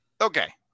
okay